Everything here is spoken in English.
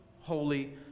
holy